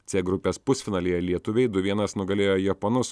c grupės pusfinalyje lietuviai du vienas nugalėjo japonus